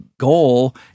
goal